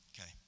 Okay